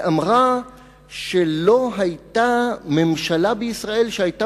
ואמרה שלא היתה ממשלה בישראל שהיתה